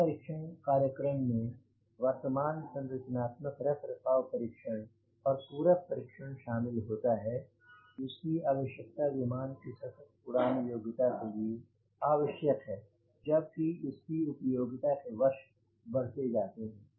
इस परीक्षण कार्यक्रम में वर्तमान संरचनात्मक रख रखाव परीक्षण और पूरक परीक्षण शामिल होता है जिसकी आवश्यकता विमान की सतत उड़ान योग्यता के लिए आवश्यक है जब कि उसकी उपयोगिता के वर्ष बढ़ते जाते हैं